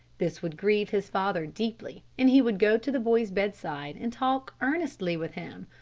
this would grieve his father deeply and he would go to the boy's bedside and talk earnestly with him.